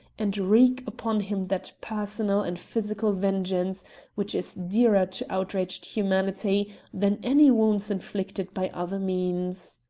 and wreak upon him that personal and physical vengeance which is dearer to outraged humanity than any wounds inflicted by other means.